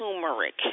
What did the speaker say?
turmeric